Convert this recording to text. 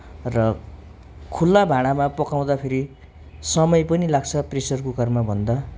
र खुल्ला भाँडामा पकाउँदाखेरि समय पनि लाग्छ प्रेसर कुकरमा भन्दा